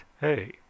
hey